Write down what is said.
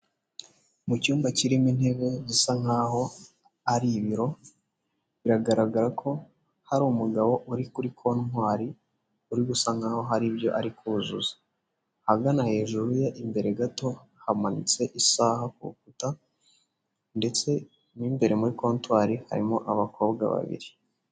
Mu cyumba kirimo intebe bisa nkaho ari ibiro biragaragara ko hari umugabo uri kuri contwari uri gusa nkaho hari ibyo ari kuzuza, ahagana hejuru ye imbere gato hamanitse isaha ku rukuta ndetse n'imbere muri contwoir harimo abakobwa babiri.